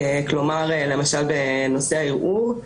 כלומר למשל בנושא הערעור,